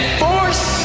force